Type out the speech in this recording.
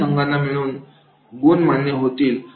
दोन्ही संघांना मिळालेले गुण मान्य होतील